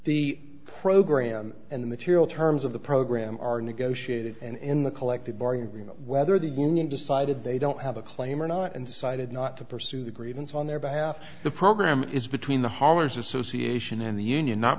the program and the tiriel terms of the program are negotiated and in the collective bargaining agreement whether the union decided they don't have a claim or not and decided not to pursue the grievance on their behalf the program is between the hollers association and the union not